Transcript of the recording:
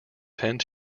tend